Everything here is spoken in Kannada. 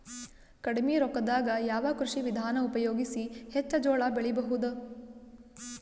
ಕಡಿಮಿ ರೊಕ್ಕದಾಗ ಯಾವ ಕೃಷಿ ವಿಧಾನ ಉಪಯೋಗಿಸಿ ಹೆಚ್ಚ ಜೋಳ ಬೆಳಿ ಬಹುದ?